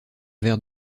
verre